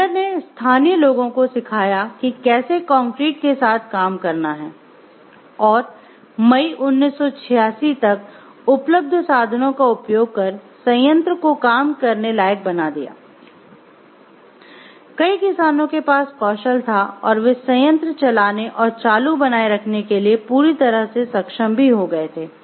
Lindner ने स्थानीय लोगों को सिखाया कि कैसे कंक्रीट के साथ काम करना है और मई 1986 तक उपलब्ध साधनों का उपयोग कर संयंत्र को काम करने लायक बना लिया कई किसानों के पास कौशल था और वे संयंत्र चलाने और चालू बनाए रखने के लिए पूरी तरह से सक्षम भी हो गए थे